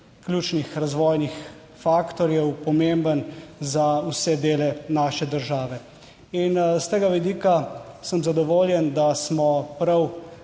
razvojnih faktorjev, pomemben za vse dele naše države in s tega vidika sem zadovoljen, da smo prav